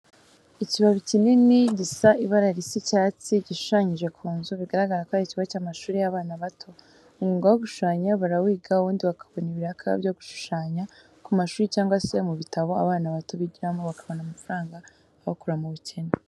Ikibabi kinini gisa ibara risa icyatsi, gishushanyije ku nzu, biragaragara ko ari ikigo cy'amashuri y'abana bato. Umwuga wo gushushanya barawiga ubundi bakabona ibiraka byo gushushanya ku mashuri cyangwa se mu bitabo abana bato bigiramo bakabona amafaranga abakura mu bukene.